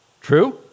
True